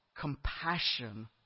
compassion